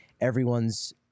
everyone's